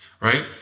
right